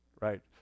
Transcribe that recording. right